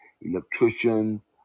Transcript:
electricians